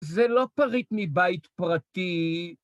זה לא פריט מבית פרטי,